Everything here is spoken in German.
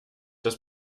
das